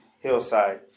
hillside